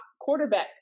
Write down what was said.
quarterback